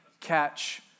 catch